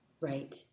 Right